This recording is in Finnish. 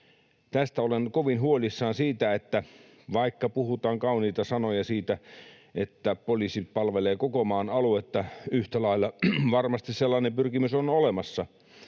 Tästä olen kovin huolissani, ja vaikka puhutaan kauniita sanoja siitä, että poliisi palvelee koko maan aluetta yhtä lailla — ja vaikka varmasti sellainen pyrkimys on olemassa